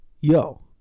Yo